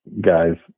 guys